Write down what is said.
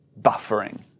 buffering